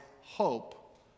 hope